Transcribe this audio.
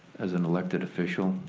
as an elected official,